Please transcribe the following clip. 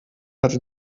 hatte